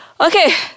Okay